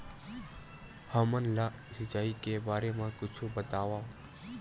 हमन ला सिंचाई के बारे मा कुछु बतावव?